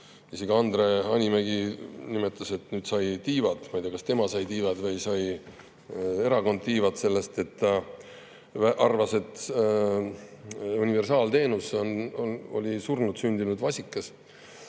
käib, Andre Hanimägi nimetas isegi, et ta sai nüüd tiivad. Ma ei tea, kas tema sai tiivad või sai erakond tiivad sellest, et ta arvas, et universaalteenus oli surnult sündinud vasikas. Ma